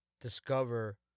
discover